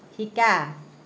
শিকা